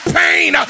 pain